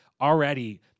already